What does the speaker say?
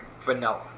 vanilla